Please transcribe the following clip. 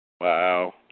Wow